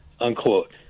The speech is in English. unquote